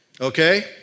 Okay